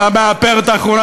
אבל המאפרת האחרונה,